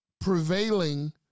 prevailing